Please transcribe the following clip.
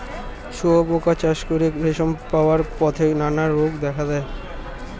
শুঁয়োপোকা চাষ করে রেশম পাওয়ার পথে নানা রোগ দেখা দেয়